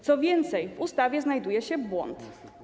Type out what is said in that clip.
Co więcej, w ustawie znajduje się błąd.